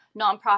nonprofit